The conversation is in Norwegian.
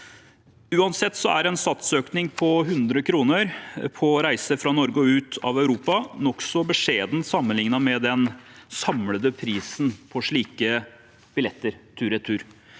Uansett er en satsøkning på 100 kr på reiser fra Norge og ut av Europa nokså beskjedent sammenlignet med den samlede prisen på slike billetter, tur-retur.